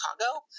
Chicago